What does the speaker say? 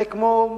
זה כמו,